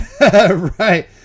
Right